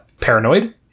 paranoid